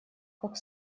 как